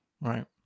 Right